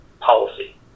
policy